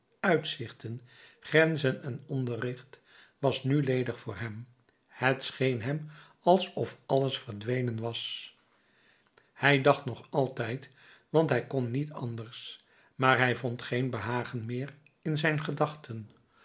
uitzichten grenzen en onderricht was nu ledig voor hem het scheen hem alsof alles verdwenen was hij dacht nog altijd want hij kon niet anders maar hij vond geen behagen meer in zijn gedachten